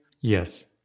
Yes